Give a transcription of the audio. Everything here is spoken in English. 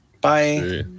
Bye